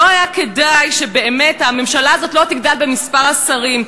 באמת לא היה כדאי שהממשלה הזאת לא תגדל במספר השרים.